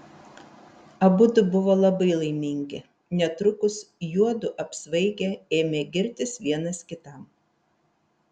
abudu buvo labai laimingi netrukus juodu apsvaigę ėmė girtis vienas kitam